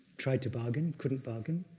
tried to bargain, couldn't bargain,